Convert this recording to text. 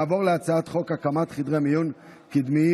נעבור להצעת חוק הקמת חדרי מיון קדמיים,